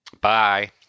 Bye